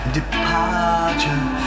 departure